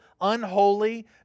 unholy